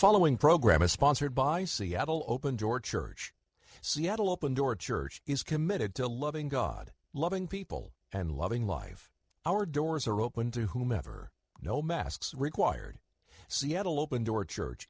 following program is sponsored by seattle open door church seattle open door church is committed to loving god loving people and loving life our doors are open to whomever no masks required seattle open door church